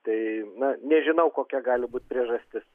tai na nežinau kokia gali būt priežastis